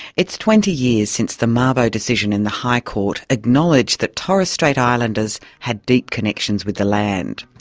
it's twenty years since the mabo decision in the high court acknowledged that torres strait islanders had deep connections with the land.